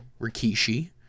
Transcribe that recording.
Rikishi